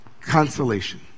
consolation